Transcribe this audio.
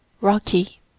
rocky